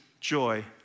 joy